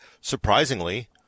surprisingly